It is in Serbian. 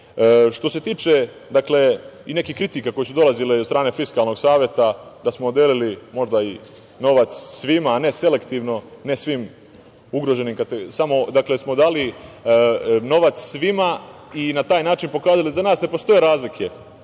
se tiče i nekih kritika koje su dolazile od strane Fiskalnog saveta, da smo delili možda i novac svima, a ne selektivno, dali smo novac svima i na taj način pokazali da za nas ne postoje razlike